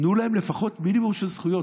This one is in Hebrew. תנו להם לפחות מינימום של זכויות.